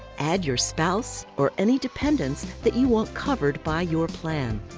add your spouse or any dependents that you want covered by your plan.